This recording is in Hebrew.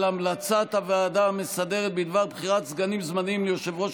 על המלצת הוועדה המסדרת בדבר בחירת סגנים זמניים ליושב-ראש